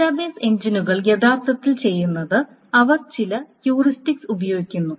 database എഞ്ചിനുകൾ യഥാർത്ഥത്തിൽ ചെയ്യുന്നത് അവർ ചില ഹ്യൂറിസ്റ്റിക്സ് ഉപയോഗിക്കുന്നു